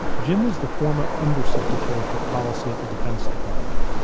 jim was the former undersecrety for policy at the defense department.